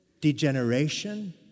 degeneration